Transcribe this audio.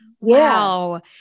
Wow